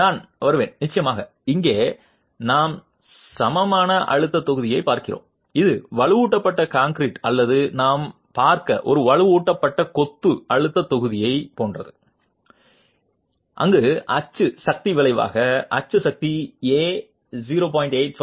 நான் வருவேன் நிச்சயமாக இங்கே நாம் சமமான அழுத்தத் தொகுதியைப் பார்க்கிறோம் இது வலுவூட்டப்பட்ட கான்கிரீட் அல்லது நாம் பார்த்த ஒரு வலுவூட்டப்பட்ட கொத்து அழுத்தத் தொகுதியைப் போன்றது அங்கு அச்சு சக்தி விளைவாக அச்சு சக்தி 0